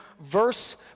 Verse